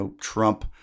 Trump